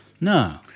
No